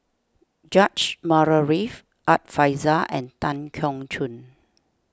George Murray Reith Art Fazil and Tan Keong Choon